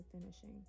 finishing